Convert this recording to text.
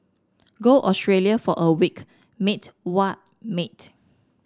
go Australia for a week mate what mate